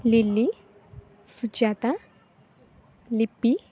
Lili Sujata Lipi